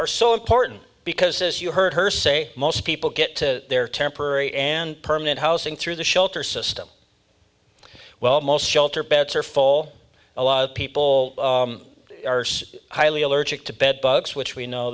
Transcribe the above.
are so important because as you heard her say most people get to their temporary and permanent housing through the shelter system well most shelter beds are full a lot of people highly allergic to bed bugs which we know